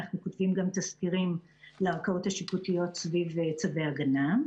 אנחנו כותבים גם תסקירים לערכאות השיפוטיות סביב צווי הגנה.